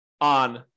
on